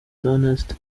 theoneste